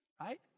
right